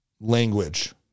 language